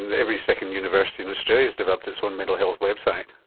and every second university in australia has developed its own mental health website.